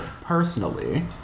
personally